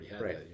Right